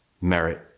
merit